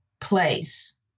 place